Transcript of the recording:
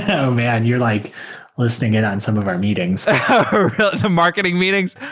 oh man! you're like listening in on some of our meetings the marketing meetings?